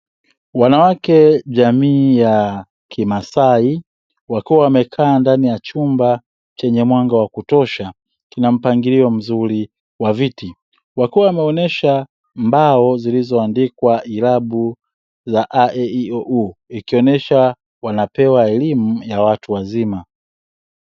Wanawake jamii ya kimasai wakiwa wamekaa ndani ya chumba chenye mwanga wakutosha kina mpangilio mzuri wa viti. Wakiwa wameonyesha mbao zilizo andikwa irabu za a, e, i, o, u ikionyesha wanapewa elimu ya watu wazima.